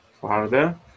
Further